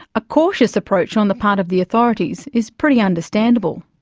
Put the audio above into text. a cautious approach on the part of the authorities is pretty understandable.